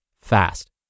fast